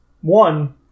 one